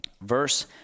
Verse